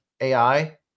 AI